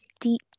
deep